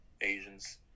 Asians